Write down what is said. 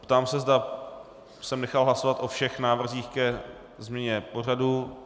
Ptám se, zda jsem nechal hlasovat o všech návrzích ke změně pořadu.